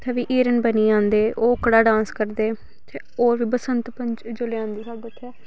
इत्थें बी हिरण बनियै आंदे ओह् ओह्कड़ा डांस करदे ते होर फ्ही बसंत पंचमी जिसलै आंदी साढ़े